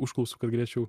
užklausų kad galėčiau